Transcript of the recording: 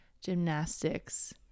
gymnastics